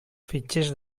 fitxers